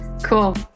Cool